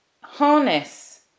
harness